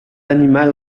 animal